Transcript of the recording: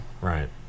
Right